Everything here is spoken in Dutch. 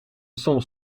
soms